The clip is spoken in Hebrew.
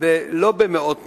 לא במאות מיליונים,